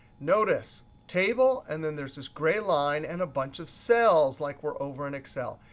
notice table, and then there's this gray line and a bunch of cells, like we're over in excel.